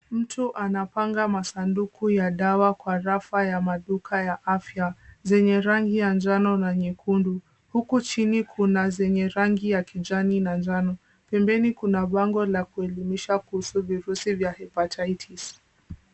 Mtu anapanga masanduku ya dawa kwa rafa ya maduka ya afya zenye rangi ya njano na nyekundu. Huku chini kuna zenye rangi ya kijani na njano. Pembeni kuna bango la kuelimisha kuhusu virusi vya hepatitis .